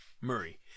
Murray